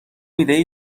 ایده